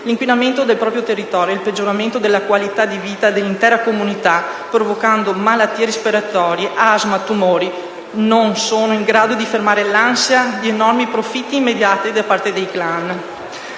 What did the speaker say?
L'inquinamento del proprio territorio e il peggioramento della qualità di vita dell'intera comunità, provocando malattie respiratorie, asma, tumori, non sono in grado di fermare l'ansia di enormi profitti immediati da parte dei *clan*.